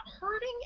hurting